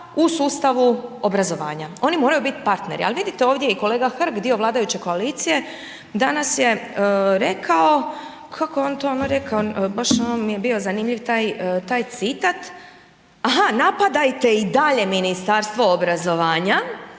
u sustavu obrazovanja. Oni moraju biti partneri, ali vidite ovdje i kolega Hrg, dio vladajuće koalicije, danas je rekao, kako je on to ono rekao, baš ono mi je bio zanimljiv taj citat, aha, napadajte i dalje Ministarstvo obrazovanja